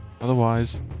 otherwise